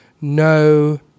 no